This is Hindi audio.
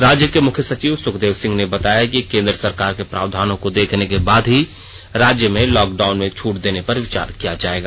राज्य के मुख्य सचिव सुखदेव सिंह ने बताया कि केंद्र सरकार के प्रावधानों को देखने के बाद ही राज्य में लॉकडाउन में छूट देने पर विचार किया जाएगा